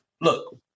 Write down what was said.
look